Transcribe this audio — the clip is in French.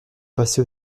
passer